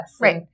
Right